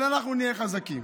אבל אנחנו נהיה חזקים.